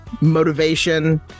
motivation